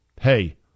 hey